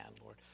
Lord